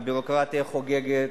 הביורוקרטיה חוגגת,